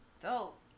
dope